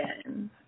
again